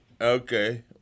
Okay